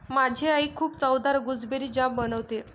माझी आई खूप चवदार गुसबेरी जाम बनवते